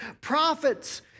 prophets